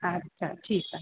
अच्छा